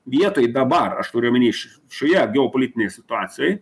vietoj dabar aš turiu omeny š šioje geopolitinėj situacijoj